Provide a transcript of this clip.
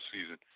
season